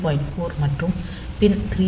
4 மற்றும் பின் T0